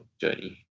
journey